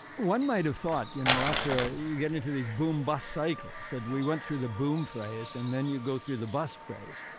one might have thought, you know after a. you get into these boom bust cycles. that we went through the boom phase and then you go through the bust phase.